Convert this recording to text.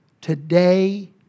today